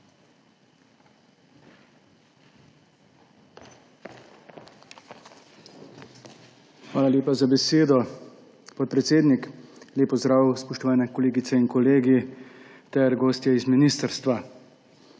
Hvala lepa za besedo, podpredsednik. Lep pozdrav, spoštovane kolegice in kolegi ter gostje z ministrstva!